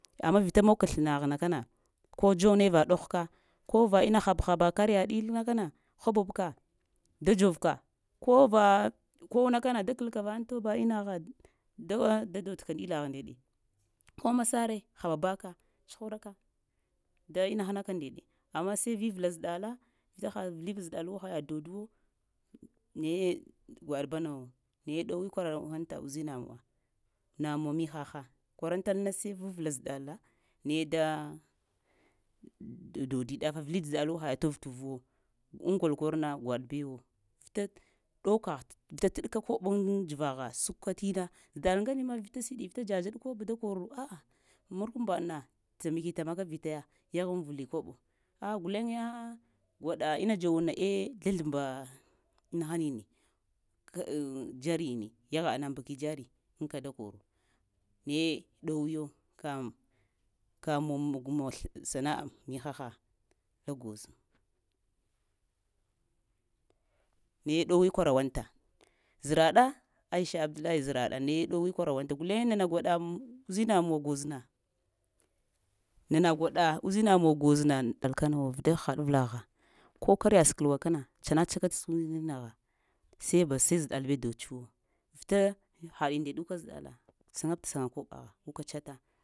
Amma vita maŋka slanaghna kana ko dzoŋe va ɗohka ko va ina hab-haba karya diline kana habobka da dzvka ko va kowna kano da kalka va naŋto ba ina gha da dodka ina dilahg nde neɗe ko masare haba baka stukraka da inahanaka nda neɗee amma sai vivla zɗdla vita ha vle zɗlawo ha yaɗ doduwa naye gwaɗ banawo naye ɗowee kwarawan ta uzina muwa namuwa mihaha kwarantalna sai viola zɗla naye da dodi dafa vli zɗlawo ha yaɗ tou uvwo ŋgol kor na gwaɗ bəwo vita ɗow kagh ts talka kaɓan dzvagha skwa tina ɗaŋganema vita sidi vita dza dzad koɓo da kar a'a miu kumba ɗna, tamakitaka vitaya ya hgunvli koɓoo a guley yə gwaɗa ina dzona aə zlə zlamba ina hanini kaaŋ dzariyeni yagha ana mbaki dzariyeni aŋka da koro naye ɗowego ka ka-mamagsla sana; mihaha la gwozo-naye ɗowee kwarawanta zrada, aisha abdullahi zrada, naye dowee kwarawani gulen nana gwaɗa uzinamuwa gwozna, nana gwaɗa uzinamuwa gwozna ɗakanawo vita ha haɗ avlagha ko karya sklwa kana tsanatska uzinagha sai ba sai zɗla bə destwo, vita haɗ ndəw ka zɗla, saŋabta sanka koɓagha guka tsata.